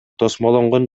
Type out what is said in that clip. тосмолонгон